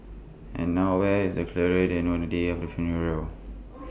and nowhere is the clearer than on the day of the funeral